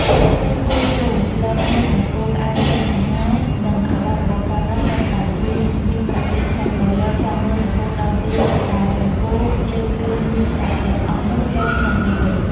ពួកក្មេងឃ្វាលគោលបមើលព្រះគោក្អែចេញអាហារនិងរបស់របរប្រើប្រាស់សុទ្ធតែគ្រឿងមាសប្រាក់ដូច្នេះ ក៏លបចាំមើលរហូតដល់ពេលដែលព្រះគោលេបគ្រឿងមាសប្រាក់ទាំងអស់នោះចូលក្នុងពោះវិញ ។